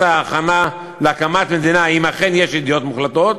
ההכנה להקמת מדינה אם אכן יש ידיעות מוחלטות,